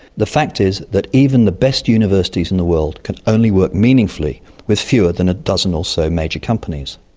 the fact is that even the best universities in the world can only work meaningfully with fewer than a dozen or so major companies.